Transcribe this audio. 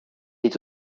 est